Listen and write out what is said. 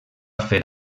fer